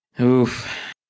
oof